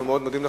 אנחנו מודים לך,